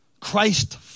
christ